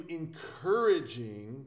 encouraging